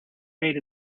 made